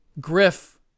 Griff